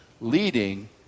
leading